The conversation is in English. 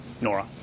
Nora